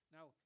Now